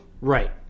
Right